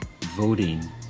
Voting